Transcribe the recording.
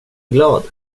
glad